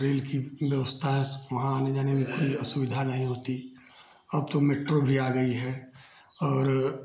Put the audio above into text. rail की व्यवस्था है वहाँ आने जाने में कोई असुविधा नहीं होती अब तो मेट्रो भी आ गई है और